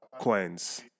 coins